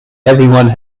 everyone